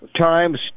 times